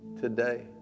today